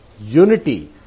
unity